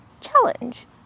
challenge